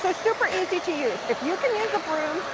super easy to use. if you can use the broom,